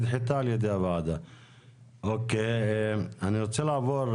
אני רוצה לעבור,